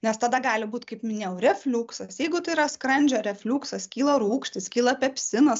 nes tada gali būt kaip minėjau refliuksas jeigu tai yra skrandžio refliuksas kyla rūgštys kyla pepsinas